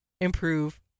improve